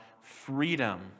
freedom